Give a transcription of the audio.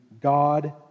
God